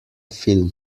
film